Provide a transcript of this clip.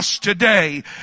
Today